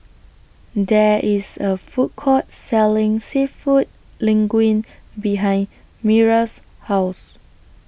There IS A Food Court Selling Seafood Linguine behind Myra's House